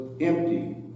empty